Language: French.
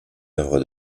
œuvre